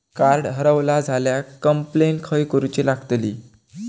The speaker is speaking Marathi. कार्ड हरवला झाल्या कंप्लेंट खय करूची लागतली?